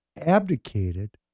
abdicated